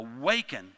awaken